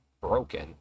broken